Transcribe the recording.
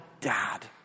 dad